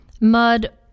Mud